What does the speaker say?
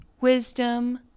wisdom